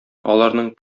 аларның